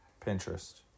Pinterest